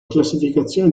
classificazione